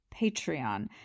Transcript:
Patreon